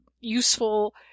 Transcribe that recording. useful